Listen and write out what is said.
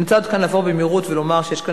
אני רוצה לעבור במהירות ולומר שיש כאן